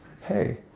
hey